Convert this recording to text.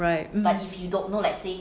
right mmhmm